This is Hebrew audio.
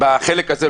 בחלק הזה,